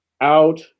out